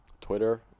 twitter